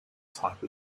type